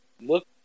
look